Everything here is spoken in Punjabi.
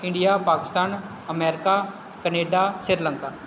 India Pakistan America Canada Sri Lanka